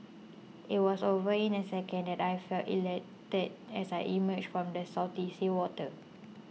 it was over in a second and I felt elated as I emerged from the salty seawater